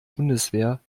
bundeswehr